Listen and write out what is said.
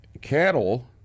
cattle